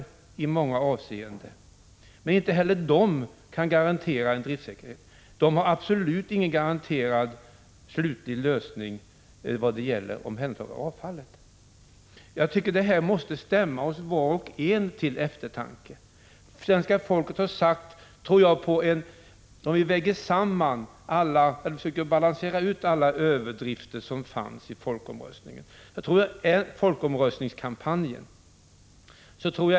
Men inte heller svensk kärnkraftsindustri kan garantera driftsäkerheten, och man har definitivt ingen säker slutlig lösning av problemet med omhändertagandet av avfall. Detta måste stämma var och en av oss till eftertanke. Jag tror att folkomröstningskampanjen sammantaget — om vi försöker balansera alla överdrifterna i den — gav dem som sökte efter sanningen en Prot.